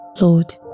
Lord